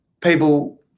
people